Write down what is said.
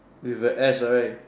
with a S right